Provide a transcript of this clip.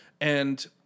And-